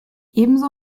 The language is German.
ebenso